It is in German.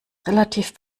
relativ